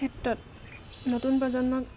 ক্ষেত্ৰত নতুন প্ৰজন্মক